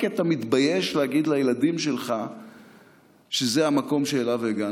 אתה מתבייש להגיד לילדים שלך שזה המקום שאליו הגענו.